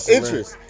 Interest